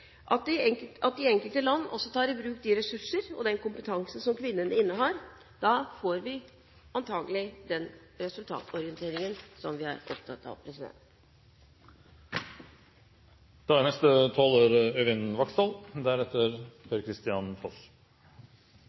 at de enkelte land også tar i bruk de ressurser og den kompetanse som kvinnene innehar. Da får vi antagelig den resultatorienteringen som vi er opptatt av. Norge bruker hvert år betydelige midler til bistands- og utviklingsarbeid. Det er